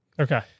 Okay